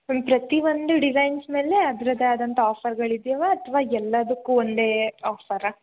ಒಂದು ಪ್ರತಿ ಒಂದು ಡಿಸೈನ್ಸ್ ಮೇಲೆ ಅದರದ್ದೇ ಆದಂಥ ಆಫರ್ಗಳು ಇದಾವಾ ಅಥ್ವ ಎಲ್ಲಾದಕ್ಕು ಒಂದೇ ಆಫರಾ